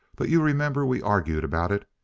but you remember we argued about it,